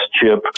chip